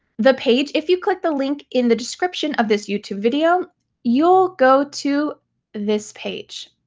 the page. if you click the link in the description of this youtube video you'll go to this page.